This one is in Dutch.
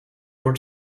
door